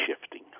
shifting